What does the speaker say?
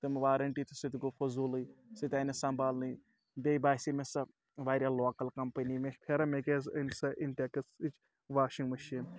تِم وارَنٹی تہٕ سُہ تہِ گوٚو فٔضوٗلٕے سُہ تہِ آیہِ نہٕ سنبھالنٕے بیٚیہِ باسے مےٚ سۄ واریاہ لوکَل کَمپٔنی مےٚ چھُ پھیران مےٚ کیازِ أنۍ سۄ اِنٹٮ۪کسٕچ واشِنٛگ مِشیٖن ط